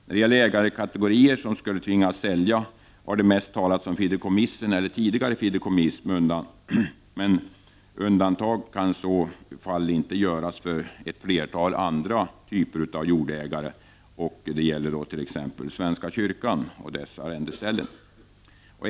När det gäller ägarkategorier som skulle tvingas sälja har det mest talats om fideikommissen eller tidigare fideikommiss, men undantag kan i så fall inte göras för flertalet av andra typer av jordägare, t.ex. svenska kyrkan och dess arrendeställen.